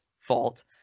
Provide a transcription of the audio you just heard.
fault